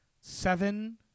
seven